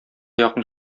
якын